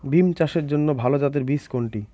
বিম চাষের জন্য ভালো জাতের বীজ কোনটি?